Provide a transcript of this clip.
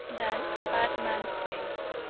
than a bad man praised.